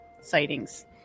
sightings